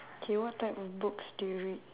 K what type of books do you read